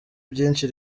byinshi